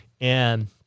And-